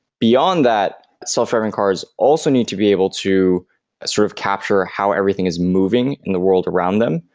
beyond that, self-driving cars also need to be able to sort of capture how everything is moving in the world around them.